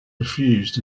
refused